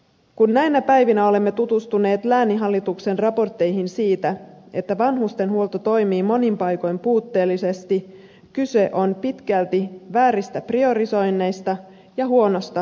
kun näinä päivinä olemme tutustuneet lääninhallituksen raportteihin siitä että vanhustenhuolto toimii monin paikoin puutteellisesti kyse on pitkälti vääristä priorisoinneista ja huonosta organisoinnista